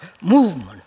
movement